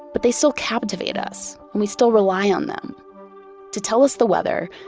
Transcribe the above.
but they still captivate us. and we still rely on them to tell us the weather,